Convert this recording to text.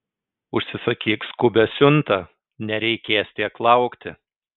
užsisakyk skubią siuntą nereikės tiek laukti